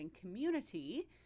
community